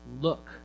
Look